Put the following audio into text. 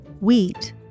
Wheat